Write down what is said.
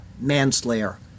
manslayer